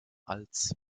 als